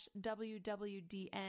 WWDN